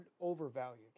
overvalued